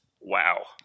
Wow